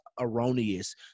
erroneous